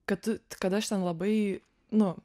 kad kad aš ten labai nu